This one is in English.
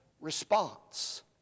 response